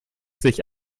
sich